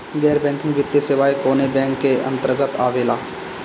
गैर बैंकिंग वित्तीय सेवाएं कोने बैंक के अन्तरगत आवेअला?